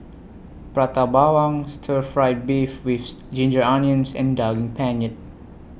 Prata Bawang Stir Fry Beef with Ginger Onions and Daging Penyet